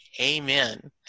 Amen